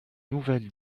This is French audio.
nouvelle